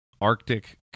Arctic